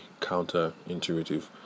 counterintuitive